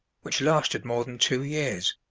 which lasted more than two years,